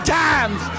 times